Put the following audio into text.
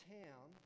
town